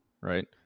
right